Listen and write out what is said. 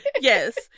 yes